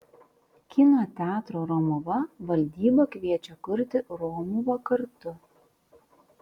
kino teatro romuva valdyba kviečia kurti romuvą kartu